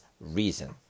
reason